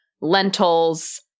lentils